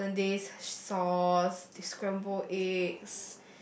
Hollandaise sauce the scrambled eggs